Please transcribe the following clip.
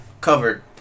covered